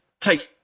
take